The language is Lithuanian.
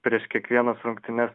prieš kiekvienas rungtynes